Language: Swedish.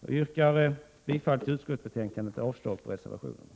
Jag yrkar bifall till utskottets hemställan och avslag på reservationerna.